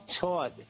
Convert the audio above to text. taught